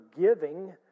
giving